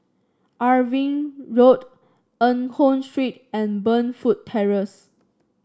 Irving Road Eng Hoon Street and Burnfoot Terrace